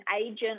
agent